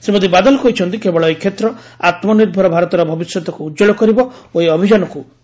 ଶ୍ରୀମତୀ ବାଦଲ କହିଛନ୍ତି କେବଳ ଏହି କ୍ଷେତ୍ର ଆତ୍ମନିର୍ଭର ଭାରତର ଭବିଷ୍ୟତକୁ ଉତ୍ପଳ କରିବ ଓ ଏହି ଅଭିଯାନକୁ ସଫଳ କରାଇବ